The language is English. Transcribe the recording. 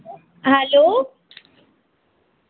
hello